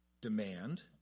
demand